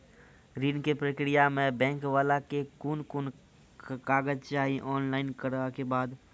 ऋण के प्रक्रिया मे बैंक वाला के कुन कुन कागज चाही, ऑनलाइन करला के बाद?